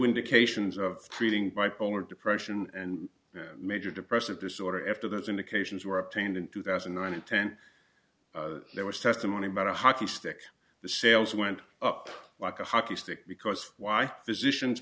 indications of treating bipolar depression and major depressive disorder after those indications were obtained in two thousand and nine and ten there was testimony about a hockey stick the sales went up like a hockey stick because why physicians